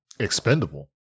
Expendable